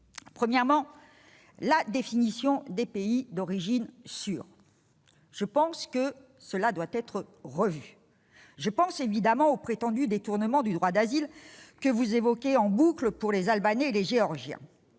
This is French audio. Premièrement, la définition des « pays d'origine sûrs » doit être revue. Je pense évidemment au prétendu détournement du droit d'asile, dont vous parlez en boucle, par les Albanais et les Géorgiens.